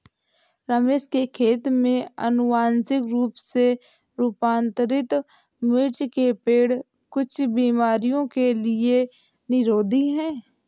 रमेश के खेत में अनुवांशिक रूप से रूपांतरित मिर्च के पेड़ कुछ बीमारियों के लिए निरोधी हैं